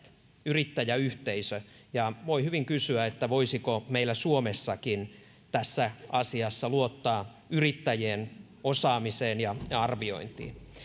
yrittäjäyhteisö ja voi hyvin kysyä että voisiko meillä suomessakin tässä asiassa luottaa yrittäjien osaamiseen ja ja arviointiin